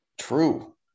True